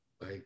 Bye